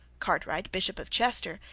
cartwright, bishop of chester,